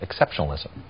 exceptionalism